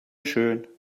schön